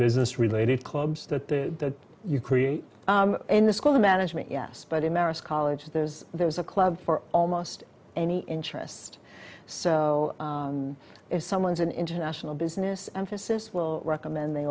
business related clubs that the you create in the school the management yes by the merest college there's there's a club for almost any interest so if someone's an international business emphasis will recommend they